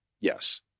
Yes